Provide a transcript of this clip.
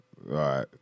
Right